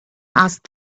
asked